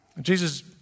Jesus